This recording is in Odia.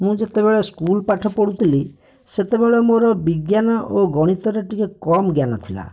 ମୁଁ ଯେତେବେଳେ ସ୍କୁଲ୍ ପାଠ ପଢ଼ୁଥିଲି ସେତେବେଳେ ମୋର ବିଜ୍ଞାନ ଓ ଗଣିତରେ ଟିକିଏ କମ୍ ଜ୍ଞାନ ଥିଲା